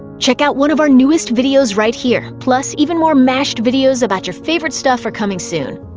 check out one of our newest videos right here! plus, even more mashed videos about your favorite stuff are coming soon.